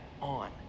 on